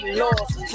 lost